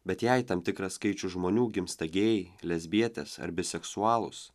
bet jei tam tikras skaičius žmonių gimsta gėjai lesbietės ar biseksualūs